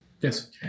Yes